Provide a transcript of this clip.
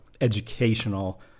educational